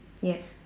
yes